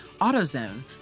AutoZone